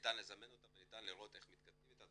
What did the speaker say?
וניתן לזמן אותה ולראות איך מתקדמים איתה.